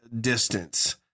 distance